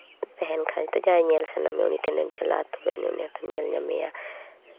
ᱛᱟᱦᱮᱱ ᱠᱷᱟᱡ ᱫᱚ ᱡᱟᱦᱟᱸᱭ ᱧᱮᱞ ᱥᱟᱱᱟᱢᱮ ᱩᱱᱤ ᱴᱷᱮᱱᱮᱢ ᱪᱟᱞᱟᱜᱼᱟ ᱛᱚᱵᱮ ᱟᱹᱱᱤᱡ ᱩᱱᱤ ᱦᱚᱭᱛᱳᱢ ᱧᱮᱞ ᱧᱟᱢᱮᱭᱟ